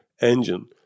engine